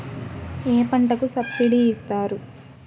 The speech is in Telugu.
ఏ పంటకు సబ్సిడీ ఇస్తారు?